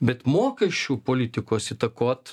bet mokesčių politikos įtakot